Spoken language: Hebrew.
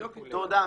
תודה.